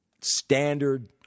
Standard